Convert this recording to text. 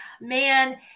Man